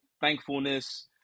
thankfulness